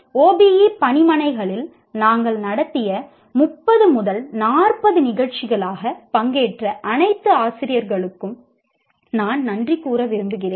OBE பணிமனைகளில் நாங்கள் நடத்திய 30 40 நிகழ்ச்சிகளில் பங்கேற்ற அனைத்து ஆசிரியர்களுக்கும் நான் நன்றி கூற விரும்புகிறேன்